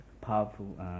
powerful